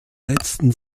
letzten